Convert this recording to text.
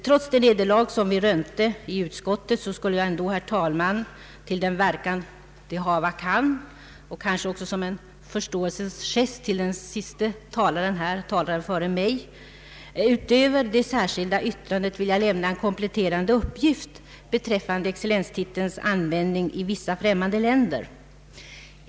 Trots det nederlag vi rönte i utskottet skulle jag nog, herr talman, till den verkan det hava kan, och kanske som en förståelsens gest till den som senast talade före mig, utöver det särskilda yttrandet vilja lämna kompletterande uppgift om excellenstitelns användning i vissa främmande länder.